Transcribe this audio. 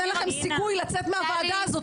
אין לכם סיכוי לצאת מהוועדה הזאת.